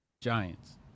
Giants